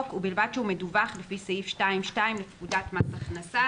ובלבד שהוא מדווח לפי סעיף 2(2) לפקודת מס הכנסה